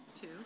two